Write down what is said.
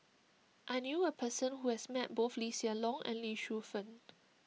I knew a person who has met both Lee Hsien Loong and Lee Shu Fen